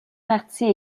partie